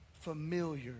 familiar